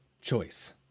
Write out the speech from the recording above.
choice